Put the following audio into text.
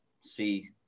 see